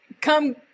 come